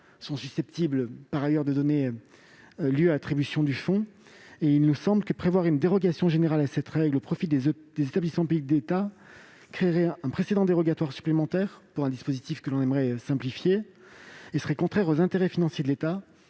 sont susceptibles, par ailleurs, de donner lieu à attribution du fonds. Il nous semble que prévoir une dérogation générale à cette règle au profit des établissements publics d'État créerait un précédent dérogatoire supplémentaire pour un dispositif que l'on aimerait simplifier et serait contraire aux intérêts financiers de l'État.